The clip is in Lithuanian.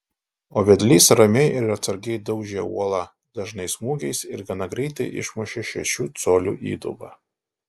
o vedlys ramiai ir atsargiai daužė uolą dažnais smūgiais ir gana greitai išmušė šešių colių įdubą